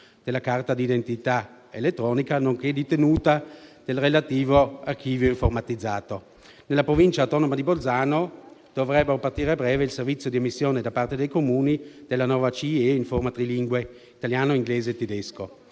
della carta di identità elettronica, nonché di tenuta del relativo archivio informatizzato. Nella Provincia autonoma di Bolzano dovrebbe partire a breve il servizio di emissione da parte dei Comuni della nuova CIE in forma trilingue: italiano, inglese e tedesco.